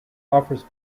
offers